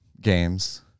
games